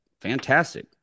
fantastic